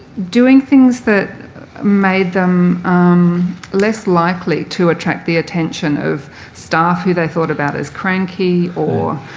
doing things that made them less likely to attract the attention of staff who they thought about as cranky or